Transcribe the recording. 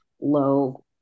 low